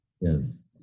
Yes